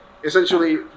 essentially